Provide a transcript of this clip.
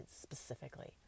specifically